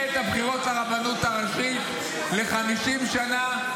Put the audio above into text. את הבחירות לרבנות הראשית ל-50 שנה,